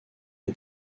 est